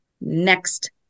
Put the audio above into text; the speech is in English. next